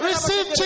Receive